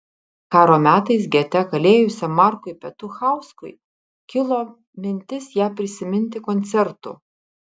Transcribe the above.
karo metais gete kalėjusiam markui petuchauskui kilo mintis ją prisiminti koncertu